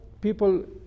people